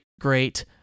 great